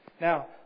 Now